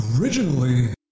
Originally